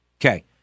Okay